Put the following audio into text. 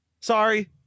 Sorry